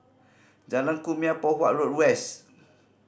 Jalan Kumia Poh Huat Road West